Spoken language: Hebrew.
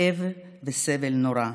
כאב וסבל נורא.